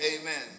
amen